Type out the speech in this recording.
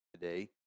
today